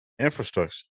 infrastructure